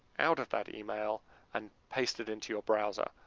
out of that email and paste it into your browser.